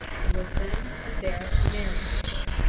and was then and there married to her,